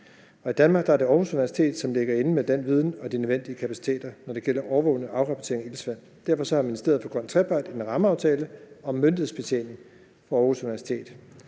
I Danmark er det Aarhus Universitet, som ligger inde med den viden og de nødvendige kapaciteter, når det gælder overvågning og afrapportering af iltsvind. Derfor har Ministeriet for Grøn Trepart en rammeaftale om myndighedsbetjening med Aarhus Universitet.